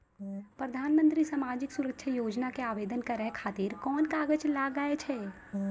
प्रधानमंत्री समाजिक सुरक्षा योजना के आवेदन करै खातिर कोन कागज लागै छै?